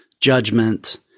judgment